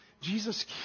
Jesus